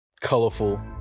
colorful